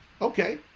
Okay